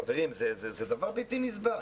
חברים, זה דבר בלתי נסבל.